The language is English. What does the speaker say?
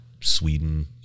Sweden